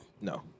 No